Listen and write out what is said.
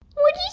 what is